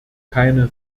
keine